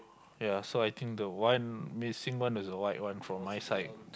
yea so I think the one missing one that's the white one for my side